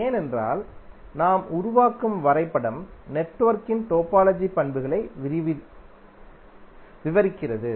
ஏனென்றால் நாம் உருவாக்கும் வரைபடம் நெட்வொர்க்கின் டோபாலஜி பண்புகளை விவரிக்கிறது